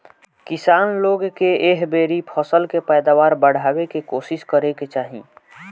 किसान लोग के एह बेरी फसल के पैदावार बढ़ावे के कोशिस करे के चाही